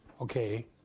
Okay